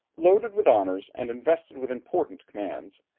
loaded with honours, and invested with important commands,